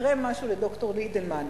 יקרה משהו לד"ר אידלמן,